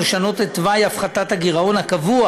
ולשנות את תוואי הפחתת הגירעון הקבוע